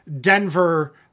Denver